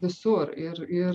visur ir ir